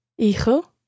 Hijo